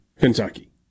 Kentucky